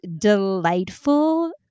delightful